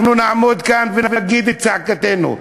אנחנו נעמוד כאן ונגיד את צעקתנו.